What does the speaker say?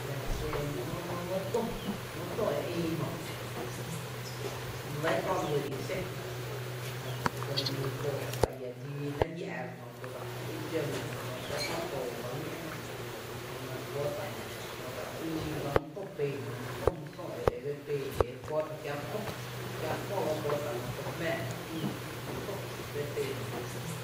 La xen mý tü mý tü e ïí jö, lɇ köö lyy’ xé’n i jötu kÿÿ dsoo’ tá’ iä dxí ñí la jia’, jötu dse kú’ dxó lɇ jö re lɇ köö too ba ñó’ jö jö mare bótá’ jö jö dsa ïí bá mý tü pee jö mï tü mï tü e bee’ e be pee e bótá’ kiä’ mý ‘mo, kiä’ mý ‘mo ba bótá’ jöto jmⱥⱥtá’ ïí mý tü be pee jö.